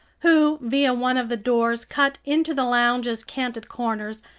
who, via one of the doors cut into the lounge's canted corners,